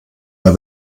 der